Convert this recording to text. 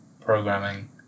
programming